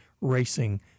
racing